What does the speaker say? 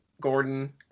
Gordon